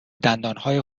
دندانهای